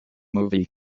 movie